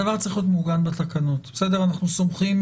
הדבר צריך להיות מעוגן בתקנות, אנחנו סומכים